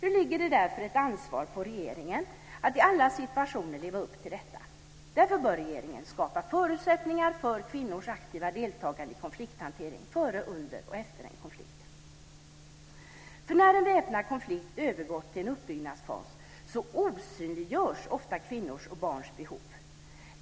Nu ligger det ett ansvar på regeringen att i alla situationer leva upp till detta. Därför bör regeringen skapa förutsättningar för kvinnors aktiva deltagande i konflikthantering före, under och efter en konflikt När en väpnad konflikt övergått i en uppbyggnadsfas osynliggörs ofta kvinnors och barns behov.